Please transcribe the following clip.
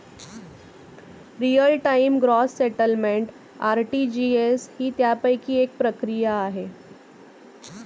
real time gross settlement RTGS ही त्यापैकी एक प्रक्रिया आहे